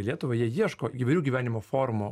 į lietuvą jie ieško įvairių gyvenimo formų